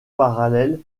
parallèle